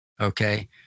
Okay